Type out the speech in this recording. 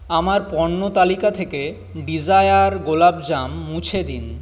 আমার পণ্য তালিকা থেকে ডিজায়ার গোলাপজাম মুছে দিন